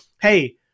Hey